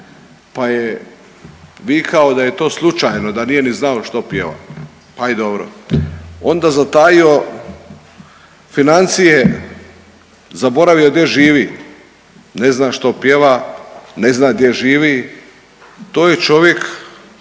pa je vikao da je to slučajno, da nije ni znao što pjeva, pa ajde dobro, onda zatajio financije, zaboravio gdje živi, ne zna što pjeva, ne zna gdje živi, to je čovjek